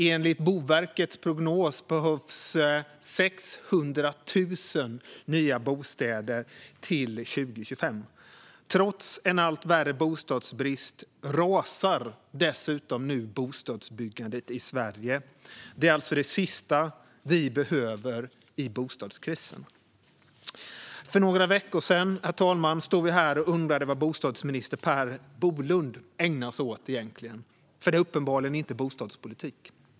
Enligt Boverkets prognos behövs 600 000 nya bostäder till 2025. Trots en allt värre bostadsbrist rasar dessutom nu bostadsbyggandet i Sverige, vilket är det sista vi behöver i bostadskrisen. För några veckor sedan, herr talman, stod vi här och undrade vad bostadsminister Per Bolund egentligen ägnar sig åt. Det är ju uppenbarligen inte bostadspolitik.